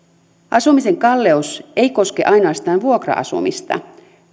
asumisen kalleus ei koske ainoastaan vuokra asumista